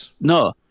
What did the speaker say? no